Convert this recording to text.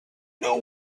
know